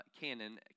canon